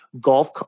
golf